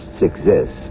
exist